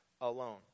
alone